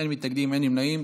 אני מניח.